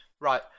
Right